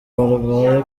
barwaye